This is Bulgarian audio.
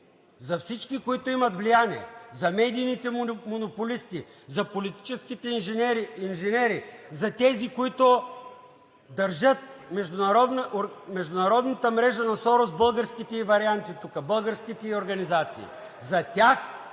за всички, които имат влияние – за медийните монополисти, за политическите инженери, за тези, които държат международната мрежа на Сорос – българските ѝ варианти тук, българските ѝ организации. За тях.